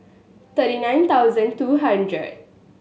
thirty nine thousand two hundred